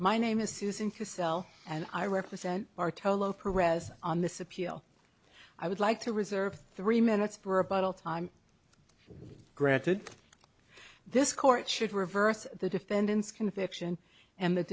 my name is susan cosell and i represent bartolo progress on this appeal i would like to reserve three minutes for a bottle time for granted this court should reverse the defendant's conviction and th